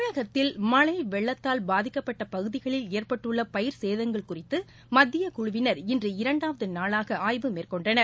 தமிழகத்தில் மனழ வெள்ளத்தால் பாதிக்கப்பட்ட பகுதிகளில் ஏற்பட்டுள்ள பயிர்ச்சேதங்கள் குறித்து மத்தியக்குழுவினர் இன்று இரண்டாவது நாளாக ஆய்வு மேற்கொண்டனர்